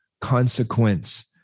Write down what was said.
consequence